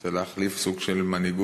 שרוצה להחליף סוג של מנהיגות,